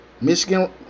Michigan